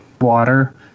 water